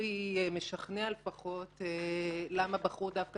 מספרי משכנע לפחות למה בחרו דווקא